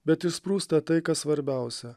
bet išsprūsta tai kas svarbiausia